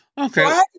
Okay